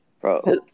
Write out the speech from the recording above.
Bro